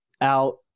out